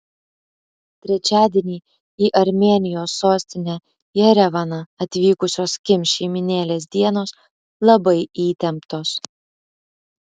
trečiadienį į armėnijos sostinę jerevaną atvykusios kim šeimynėlės dienos labai įtemptos